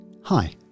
Hi